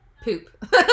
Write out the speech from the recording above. poop